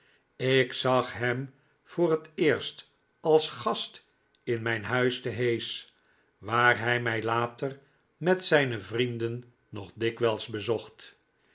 ik zag hem voor het eerst als gast in mijn huis te hayes waar hij mij later met zijne vrienden nog dikwijls bezocht